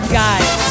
guy's